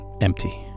empty